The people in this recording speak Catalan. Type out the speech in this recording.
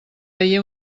veié